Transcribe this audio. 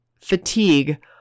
fatigue